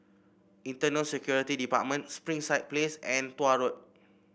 Internal Security Department Springside Place and Tuah Road